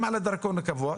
שילם על הדרכון הקבוע,